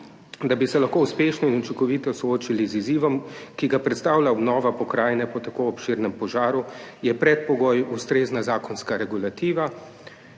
Da bi se lahko uspešno in učinkovito soočili z izzivom, ki ga predstavlja obnova pokrajine po tako obširnem požaru, je predpogoj ustrezna zakonska regulativa